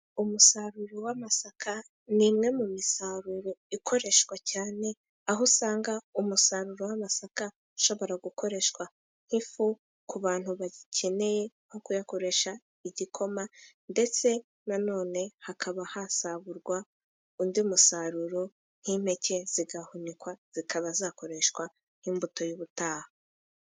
Umusaruro w'amasaka ni imwe mu misaruro ikoreshwa cyane . Aho usanga umusaruro w'amasaka ushobora gukoreshwa nk'ifu ku bantu bayikeneye nko kuyakoreshaigikoma. Ndetse nanone hakaba hasagurwa undi musaruro nk'impeke zigahunikwa zikaba zakoreshwa nk'imbuto y'ubutaha.